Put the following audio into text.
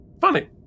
Funny